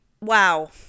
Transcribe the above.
wow